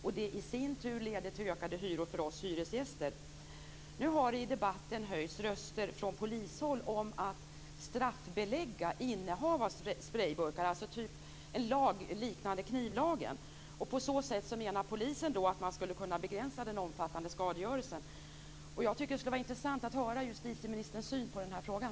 Och det i sin tur leder till ökade hyror för oss hyresgäster. Nu har det i debatten höjts röster från polishåll om att straffbelägga innehav av sprayburkar. Det skulle alltså vara en lag liknande knivlagen. På så sätt menar polisen att man skulle kunna begränsa den omfattande skadegörelsen. Det skulle vara intressant att höra justitieministerns syn på den här frågan.